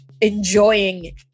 enjoying